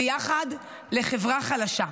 ויחד לחברה חלשה,